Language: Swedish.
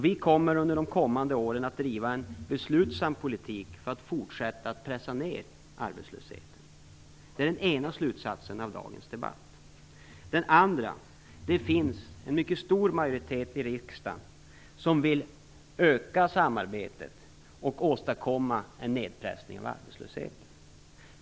Vi kommer under de kommande åren att driva en beslutsam politik för att fortsätta pressa ned arbetslösheten. Det är en slutsats av dagens debatt. En annan är att det finns en mycket stor majoritet i riksdagen för att öka samarbetet och åstadkomma en nedpressning av arbetslösheten.